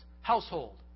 household